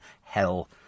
hell